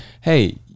hey